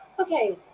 Okay